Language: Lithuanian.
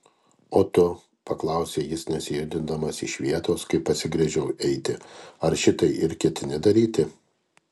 o tu paklausė jis nesijudindamas iš vietos kai pasigręžiau eiti ar šitai ir ketini daryti